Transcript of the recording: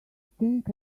think